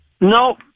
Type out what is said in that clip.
No